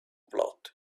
blood